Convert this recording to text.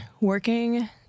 working